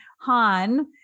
Han